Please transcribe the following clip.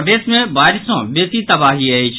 प्रदेश मे बाढ़ि सँ बेसी तबाही अछि